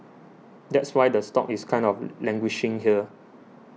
that's why the stock is kind of languishing here